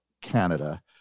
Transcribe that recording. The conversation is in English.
Canada